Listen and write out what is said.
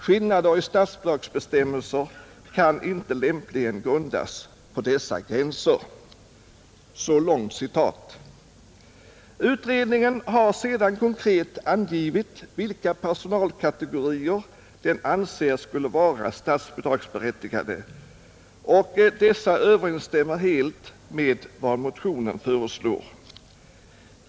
Skillnader i statsbidragsbestämmelser kan inte lämpligen grundas på dessa gränser.” Utredningen har sedan konkret angivit vilka personalkategorier den anser skulle vara statsbidragsberättigade, och detta överensstämmer helt med vad motionen föreslår.